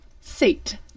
Seat